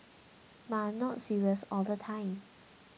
but I am not serious all the time